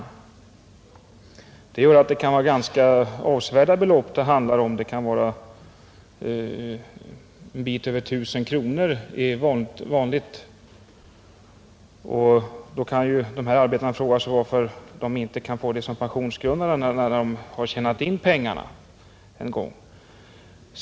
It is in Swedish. Detta gör att det kan handla om ganska avsevärda belopp — en bit över 1 000 kronor är vanligt. Då kan ju dessa arbetare fråga sig varför detta inte kan bli pensionsgrundande, när de har tjänat in pengarna en gång.